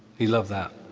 he loved that.